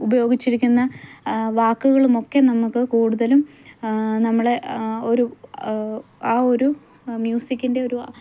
ഉപയോഗിച്ചിരിക്കുന്ന വാക്കുകളും ഒക്കെ നമുക്ക് കൂടുതലും നമ്മളെ ഒരു ആ ഒരു മ്യൂസിക്കിൻറെ ഒരു